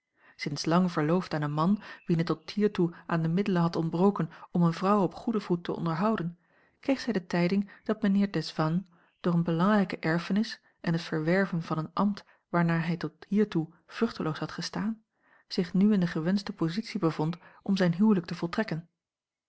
sinds lang verloofd aan een man wien het tot hiertoe aan de middelen had ontbroken om eene vrouw op goeden voet te onderhouden kreeg zij de tijding dat mijnheer desvannes door eene belangrijke erfenis en het verwerven van een ambt waarnaar hij tot hiertoe vruchteloos had gestaan zich nu in de gewenschte positie bevond om zijn huwelijk te voltrekken